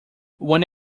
one